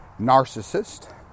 narcissist